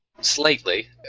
slightly